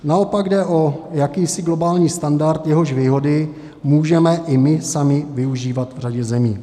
Naopak, jde o jakýsi globální standard, jehož výhody můžeme i my sami využívat v řadě zemí.